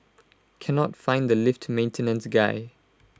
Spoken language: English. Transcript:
cannot find the lift maintenance guy